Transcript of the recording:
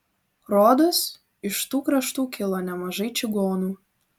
rodos iš tų kraštų kilo nemažai čigonų